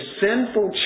sinful